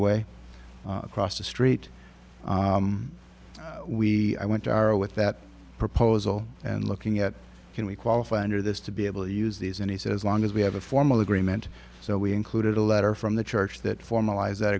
away across the street we went to our with that proposal and looking at can we qualify under this to be able to use these and he said as long as we have a formal agreement so we included a letter from the church that formalize that